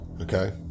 Okay